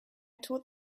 taught